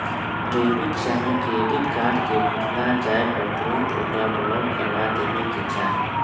debit चाहे credit card के भुतला जाय पर तुन्ते ओकरा ब्लॉक करबा देबेके चाहि